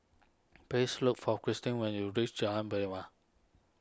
please look for Krystin when you reach Jalan